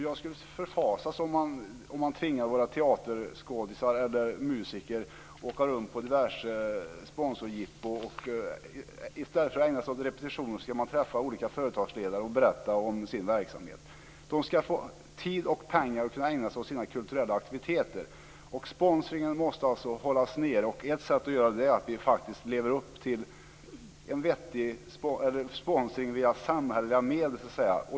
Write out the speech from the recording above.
Jag skulle förfasa mig om man tvingade våra skådespelare eller musiker att åka runt på diverse sponsorsjippon och att i stället för att ägna sig åt repetition träffa olika företagsledare och berätta om sin verksamhet. De skall få tid och pengar för att kunna ägna sig åt sina kulturella aktiviteter. Sponsringen måste alltså hållas nere, och ett sätt att göra det är att vi lever upp till sponsring via samhälleliga medel.